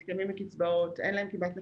שמתקיימים מקצבאות ואין להם כמעט נכסים,